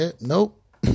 Nope